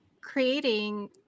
creating